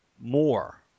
more